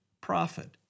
profit